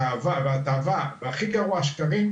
התאווה והכי גרוע השקרים,